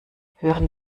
hören